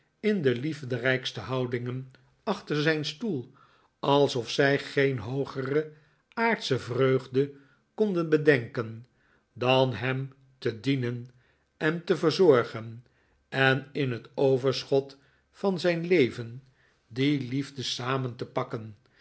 in de liefderijkste noudingen achter zijn stoel alsof zij geen hoogere aardsche vreugde konden bedenken dan hem te dienen en te verzorgen en in het overschot van zijn leven die liefde samen te pakken